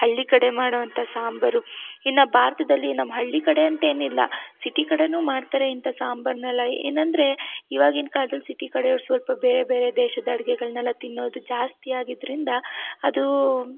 ಹಳ್ಳಿ ಕಡೆ ಮಾಡೋ ಅಂಥ ಸಾಂಬಾರು ಇನ್ನು ಭಾರತದಲ್ಲಿ ನಮ್ಮ ಹಳ್ಳಿ ಕಡೆ ಅಂತೇನಿಲ್ಲ ಸಿಟಿ ಕಡೆಯೂ ಮಾಡ್ತಾರೆ ಇಂಥ ಸಾಂಬಾರ್ನೆಲ್ಲ ಏನಂದರೆ ಇವಾಗಿನ ಕಾಲ್ದಲ್ಲಿ ಸಿಟಿ ಕಡೆಯವ್ರು ಸ್ವಲ್ಪ ಬೇರೆ ಬೇರೆ ದೇಶದ ಅಡುಗೆಗಳ್ನೆಲ್ಲ ತಿನ್ನೋದು ಜಾಸ್ತಿಯಾಗಿದ್ದರಿಂದ ಅದು